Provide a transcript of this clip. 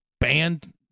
banned